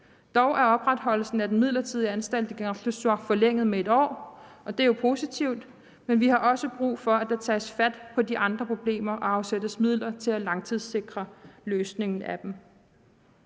Dog er opretholdelsen af den midlertidige anstalt i Kangerlussuaq forlænget med 1 år, og det er jo positivt, men vi har også brug for, at der tages fat på de andre problemer og afsættes midler til at langtidssikre løsningen af dem.